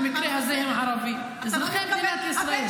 במקרה הזה הם ערבים אזרחי מדינת ישראל.